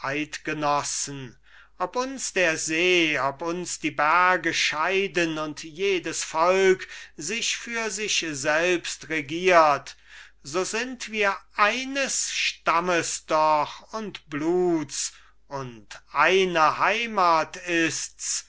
ob uns der see ob uns die berge scheiden und jedes volk sich für sich selbst regiert so sind wir eines stammes doch und bluts und eine heimat ist's